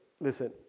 listen